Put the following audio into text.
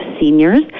seniors